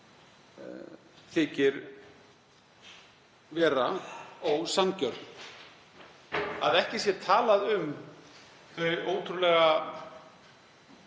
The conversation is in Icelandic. þykir vera ósanngjörn, að ekki sé talað um þau ótrúlega